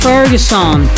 Ferguson